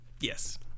Yes